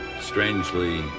strangely